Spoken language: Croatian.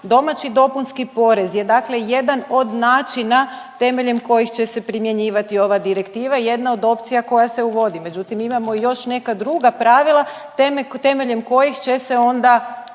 Domaći dopunski porez je dakle jedan od načina temeljem kojih će se primjenjivati ova direktiva i jedna od opcija koja se uvodi. Međutim, imamo još neka druga pravila temeljem kojih će se onda